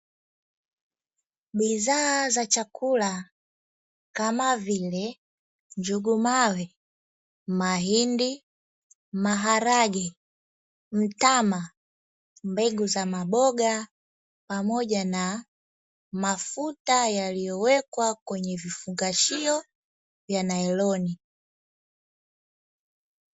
Bidhaa za chakula kama vile: njugu mawe, mahindi, maharage, mtama, mbegu za maboga pamoja na mafuta yaliyowekwa kwenye vifungashio vya nailoni.